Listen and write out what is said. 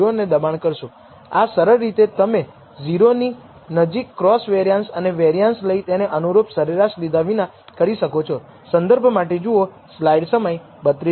આ સરળ રીતે તમે 0 ની નજીક ક્રોસ કોવેરીયાંસ અને વેરીયાંસ લઈ તેને અનુરૂપ સરેરાશ લીધા વિના કરી શકો છો